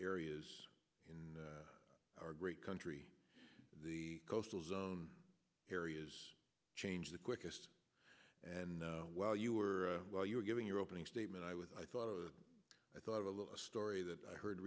areas in our great country the coastal zone areas change the quickest and while you were while you were giving your opening statement i was i thought i thought of a story that i heard